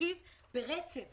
להקשיב ברצף.